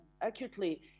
acutely